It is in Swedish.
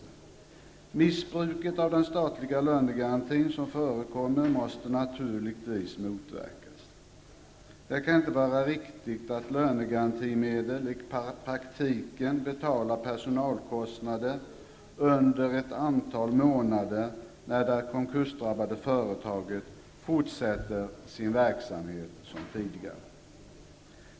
Det missbruk av den statliga lönegarantin som förekommer måste naturligtvis motverkas. Det kan inte vara riktigt att lönegarantimedel i praktiken betalar personalkostnader under ett antal månader när det konkursdrabbade företaget fortsätter sin verksamhet som tidigare.